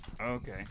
Okay